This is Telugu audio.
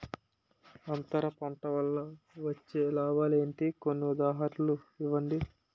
అంతర పంట వల్ల వచ్చే లాభాలు ఏంటి? కొన్ని ఉదాహరణలు ఇవ్వండి?